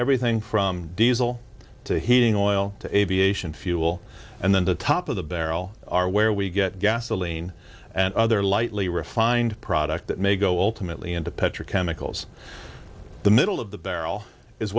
everything from diesel to heating oil to aviation fuel and then the top of the barrel are where we get gasoline and other lightly refined product that may go all to mclean into petrochemicals the middle of the barrel is